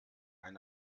ein